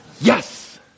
Yes